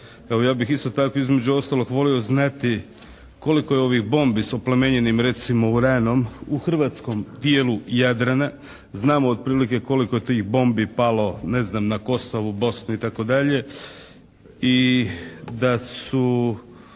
ja bih isto tako između ostalog volio znati koliko je ovih bombi sa oplemenjenim recimo uranom u hrvatskom dijelu Jadrana. Znamo otprilike koliko je tih bombi palo ne znam na Kosovo, Bosnu itd. i da su